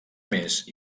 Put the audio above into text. més